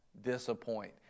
disappoint